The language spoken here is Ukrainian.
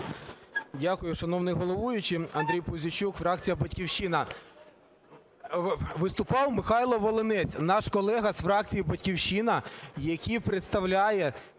Дякую, шановний головуючий. Андрій Пузійчук, фракція "Батьківщина". Виступав Михайло Волинець, наш колега з фракції "Батьківщина", який представляє